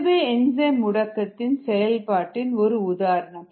இதுவே என்சைம் முடக்கத்தின் செயல்பாட்டின் ஒரு உதாரணம்